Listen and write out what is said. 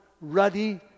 ruddy